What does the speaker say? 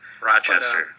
rochester